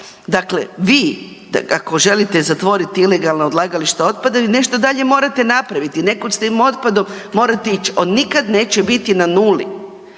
dakle vi ako želite zatvoriti ilegalno odlagalište otpada vi nešto dalje morate napraviti, nekud s tim morate ić, on nikada neće biti na nuli